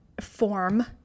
form